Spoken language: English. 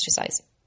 exercise